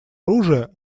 оружия